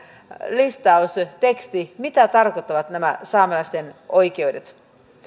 listaus teksti mitä tarkoittavat nämä saamelaisten oikeudet